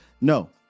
No